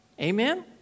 Amen